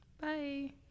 bye